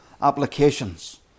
applications